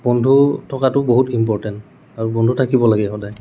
বন্ধু থকাটো বহুত ইম্পৰ্টেণ্ট আৰু বন্ধু থাকিব লাগে সদায়